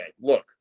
look